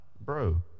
Bro